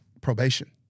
probation